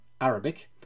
Arabic